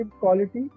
quality